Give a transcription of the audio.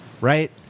right